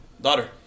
Daughter